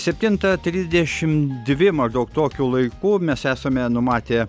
septintą trisdešimt dvi maždaug tokiu laiku mes esame numatę